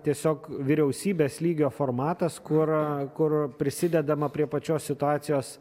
tiesiog vyriausybės lygio formatas kur kur prisidedama prie pačios situacijos